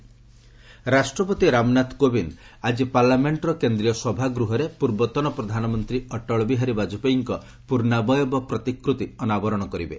Vajpayee portrait ରାଷ୍ଟ୍ରପତି ରାମନାଥ୍ କୋବିନ୍ଦ୍ ଆଜି ପାର୍ଲାମେଣ୍ଟର କେନ୍ଦ୍ରୀୟ ସଭାଗୃହରେ ପୂର୍ବତନ ପ୍ରଧାନମନ୍ତ୍ରୀ ଅଟଳ ବିହାରୀ ବାଜପାୟୀଙ୍କ ପ୍ରର୍ଷାବୟବ ପ୍ରତିକୃତ୍ତି ଅନାବରଣ କରିବେ